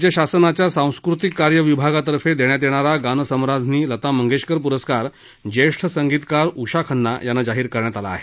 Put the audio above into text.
राज्य शासनाच्या सांस्कृतिक कार्य विभागातर्फे देण्यात येणारा गानसम्राज्ञी लता मंगेशकर पुरस्कार जेष्ठ संगीतकार उषा खन्ना यांना जाहीर करण्यात आला आहे